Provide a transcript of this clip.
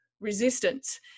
resistance